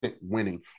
winning